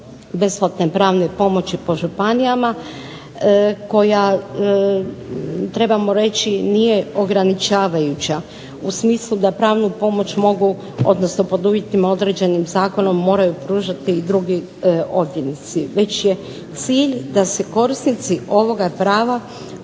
besplatne pravne pomoći po županijama koja nije ograničavajuća, u smislu da pravnu pomoć mogu, odnosno po uvjetima određenim zakonom moraju pružati drugi odvjetnici, već je cilj da se korisnici ovoga prava